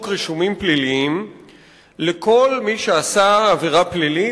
רישומים פליליים לכל מי שעשה עבירה פלילית,